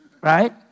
right